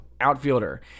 outfielder